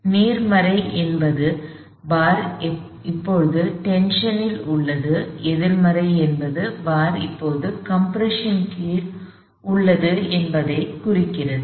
எனவே நேர்மறை என்பது பார் இப்போது டென்ஷன் இல் உள்ளது எதிர்மறை என்பது பார் இப்போது கம்ப்ரஷன் கீழ் உள்ளது என்பதைக் குறிக்கிறது